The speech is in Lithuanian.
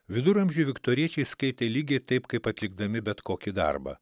viduramžių viktoriečiai skaitė lygiai taip kaip atlikdami bet kokį darbą